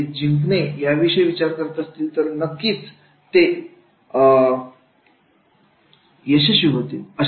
जर ते जिंकले विषयी विचार करत असतील तर ते नक्कीचशी होतील